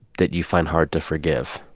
that you find hard to forgive?